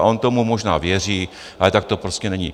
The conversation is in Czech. On tomu možná věří, ale tak to prostě není.